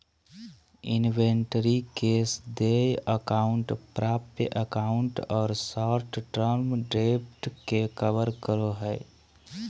inventory cash देय account प्राप्य account और शॉर्ट टर्म डेब्ट के कवर करो हइ